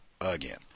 again